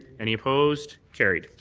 any opposed? carried.